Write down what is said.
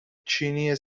چینی